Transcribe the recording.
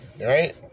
right